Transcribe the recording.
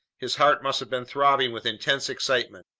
his heart must have been throbbing with intense excitement.